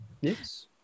Yes